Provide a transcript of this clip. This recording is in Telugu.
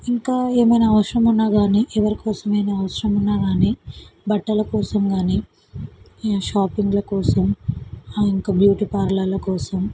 ఇంకా ఏమైనా అవసరం ఉన్నా కానీ ఎవరికోసమైనా అవసరం ఉన్నా కానీ బట్టలకోసం కానీ ఈ షాపింగ్ల కోసం ఇంకా బ్యూటీ పార్లర్ల కోసం